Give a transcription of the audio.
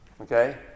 Okay